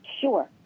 Sure